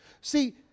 See